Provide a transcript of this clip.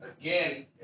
again